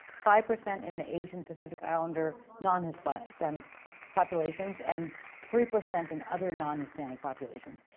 five percent in the asian pacific islander non hispanic populations, and three percent in other non hispanic populations.